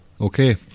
Okay